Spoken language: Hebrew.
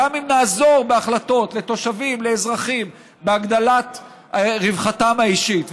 גם אם נעזור בהחלטות לתושבים ולאזרחים בהגדלת רווחתם האישית.